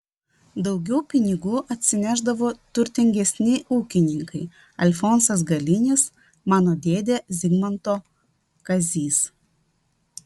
daugiau pinigų atsinešdavo turtingesni ūkininkai alfonsas galinis mano dėdė zigmanto kazys